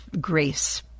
grace